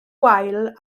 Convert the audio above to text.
wael